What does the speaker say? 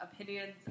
Opinions